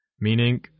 Meaning